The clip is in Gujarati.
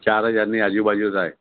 ચાર હજારની આજુ બાજુ થાય